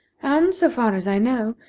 and, so far as i know,